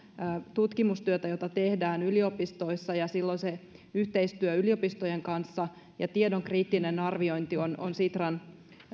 tutkimustyötä jota tehdään yliopistoissa ja silloin yhteistyö yliopistojen kanssa ja tiedon kriittinen arviointi on on sitran